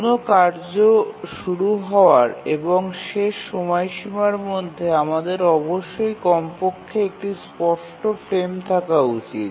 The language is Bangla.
কোনও কার্য শুরু হওয়ার এবং শেষ সময়সীমার মধ্যে আমাদের অবশ্যই কমপক্ষে একটি স্পষ্ট ফ্রেম থাকা উচিত